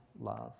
love